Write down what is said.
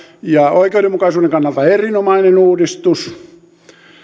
ja oikeudenmukaisuuden kannalta erinomainen uudistus